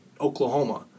Oklahoma